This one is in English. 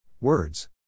Words